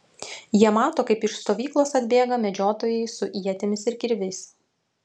jie mato kaip iš stovyklos atbėga medžiotojai su ietimis ir kirviais